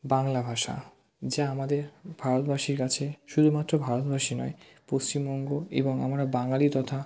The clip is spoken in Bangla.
বাংলা ভাষা যা আমাদের ভারতবাসীর কাছে শুধুমাত্র ভারতবাসী নয় পশ্চিমবঙ্গ এবং আমরা বাঙালি তথা